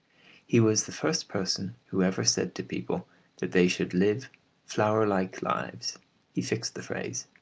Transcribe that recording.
he was the first person who ever said to people that they should live flower-like lives he fixed the phrase.